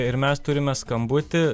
ir mes turime skambutį